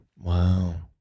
Wow